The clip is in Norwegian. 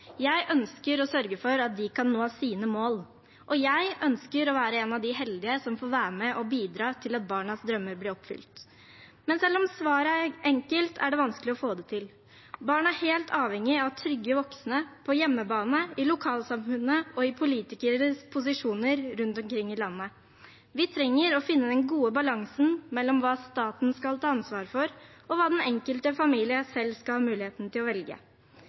Jeg ønsker å sørge for at de kan nå sine mål, og jeg ønsker å være en av de heldige som får være med å bidra til at barnas drømmer blir oppfylt. Men selv om svaret er enkelt, er det vanskelig å få det til. Barn er helt avhengig av trygge voksne, på hjemmebane, i lokalsamfunnet og i politikeres posisjoner rundt omkring i landet. Vi trenger å finne den gode balansen mellom hva staten skal ta ansvar for, og hva den enkelte familie selv skal ha muligheten til å velge.